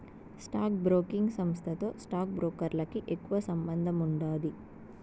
stock broking సంస్థతో stock బ్రోకర్లకి ఎక్కువ సంబందముండాది